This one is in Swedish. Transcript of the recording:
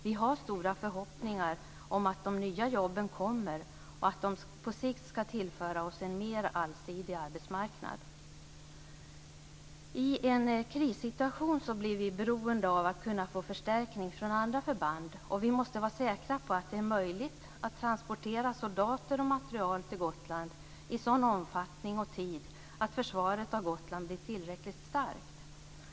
Vi har stora förhoppningar om att de nya jobben kommer och att de på sikt ska tillföra oss en mer allsidig arbetsmarknad. I en krissituation blir vi beroende av att kunna få förstärkning från andra förband, och vi måste vara säkra på att det är möjligt att transportera soldater och material till Gotland i sådan omfattning och tid att försvaret av Gotland blir tillräckligt starkt.